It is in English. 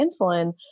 insulin